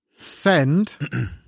send